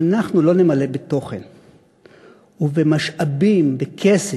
אם אנחנו לא נמלא בתוכן ובמשאבים, בכסף,